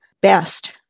best